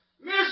Miss